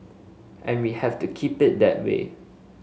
and we have to keep it that way